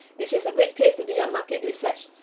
which is a great place to do your market research.